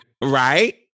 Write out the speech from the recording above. right